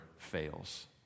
fails